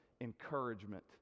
encouragement